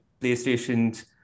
playstations